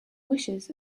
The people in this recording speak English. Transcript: wishes